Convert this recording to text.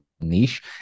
niche